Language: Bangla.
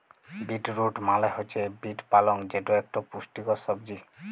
বিট রুট মালে হছে বিট পালং যেট ইকট পুষ্টিকর সবজি